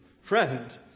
Friend